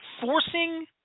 forcing